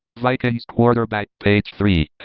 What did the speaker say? like ah quarterbacks, page three,